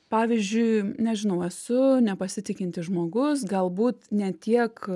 pavyzdžiui nežinau esu nepasitikintis žmogus galbūt ne tiek